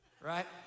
right